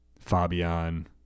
Fabian